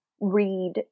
read